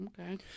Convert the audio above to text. okay